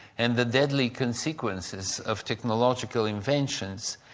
and the deadly consequences of technological inventions,